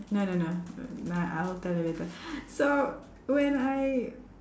no no no nah I'll tell you later so when I